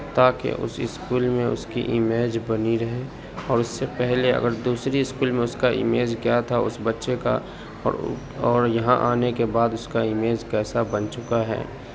تاکہ اس اسکول میں اس کی امیج بنی رہے اور اس سے پہلے اگر دوسری اسکول میں اس کا امیج کیا تھا اس بچے کا اور یہاں آنے کے بعد اس کا امیج کیسا بن چکا ہے